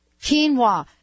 Quinoa